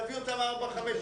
נביא אותם ארבע חמש,